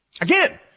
Again